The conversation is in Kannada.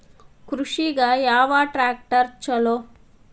ಕೃಷಿಗ ಯಾವ ಟ್ರ್ಯಾಕ್ಟರ್ ಛಲೋ?